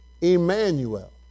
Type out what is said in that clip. Emmanuel